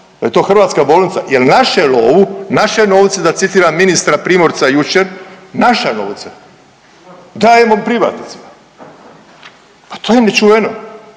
da je to hrvatska bolnica jel našu lovu, naše novce da citiram ministra Primorca jučer naša novca dajemo privatnicima, pa to je nečuveno,